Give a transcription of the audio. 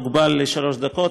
אני אומנם מוגבל לשלוש דקות,